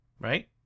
right